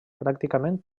pràcticament